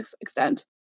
extent